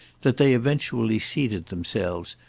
that they eventually seated themselves,